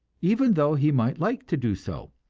even though he might like to do so.